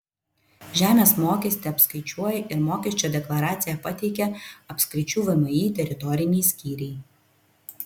žemės mokestį apskaičiuoja ir mokesčio deklaraciją pateikia apskričių vmi teritoriniai skyriai